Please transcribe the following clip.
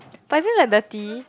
but isn't that dirty